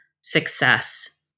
success